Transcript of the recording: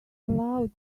allowed